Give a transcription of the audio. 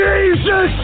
Jesus